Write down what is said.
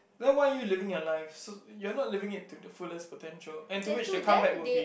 then why are you living your life so you are not living it to the fullest potential and to which the comeback will be